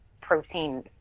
protein